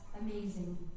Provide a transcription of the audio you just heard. amazing